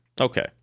Okay